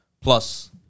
Plus